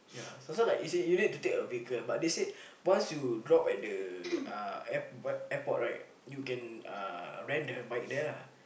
ya so so like you see you need to take a vehicle but they said once you drop at the uh airport the airport right you can uh rent the bike there lah